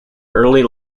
early